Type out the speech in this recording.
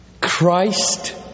Christ